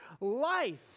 life